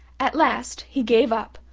at last he gave up,